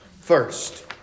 First